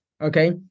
okay